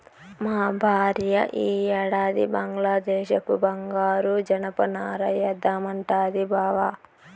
మా భార్య ఈ ఏడాది బంగ్లాదేశపు బంగారు జనపనార ఏద్దామంటాంది బావ